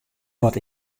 wat